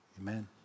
amen